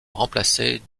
remplacer